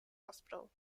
hospital